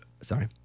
Sorry